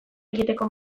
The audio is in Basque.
egiteko